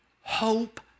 hope